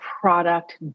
product